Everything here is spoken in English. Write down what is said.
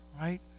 right